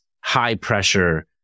high-pressure